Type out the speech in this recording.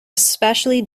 especially